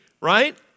Right